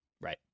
Right